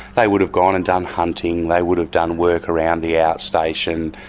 they would have gone and done hunting, they would have done work around the outstation.